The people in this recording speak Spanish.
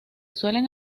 suelen